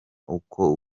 uku